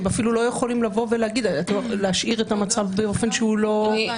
אפילו לא יכולים להשאיר את המצב באופן שהוא לא ברור.